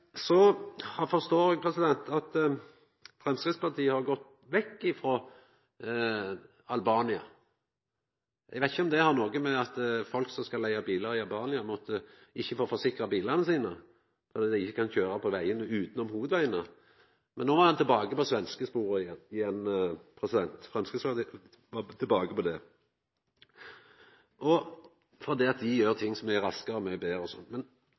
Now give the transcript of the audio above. Så forstår eg at Framstegspartiet har gått vekk ifrå Albania. Eg veit ikkje om det har noko å gjera med at folk som skal leiga bilar i Albania ikkje får forsikra bilane sine fordi dei ikkje kan køyra på vegane, forutan hovudvegane. Men nå er Framstegspartiet tilbake på svenskesporet igjen, fordi dei meiner svenskane gjer ting så mykje raskare og betre. Men det er